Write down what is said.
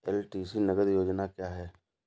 LTC नगद योजना क्या है?